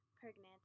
Pregnant